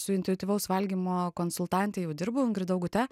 su intuityvaus valgymo konsultante jau dirbau ingrida augute